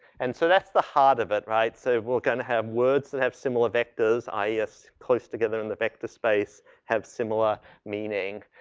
and so that's the heart of it, right? so we're gonna have words that have similar vectors is close together in the vector space have similar meaning.